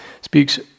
speaks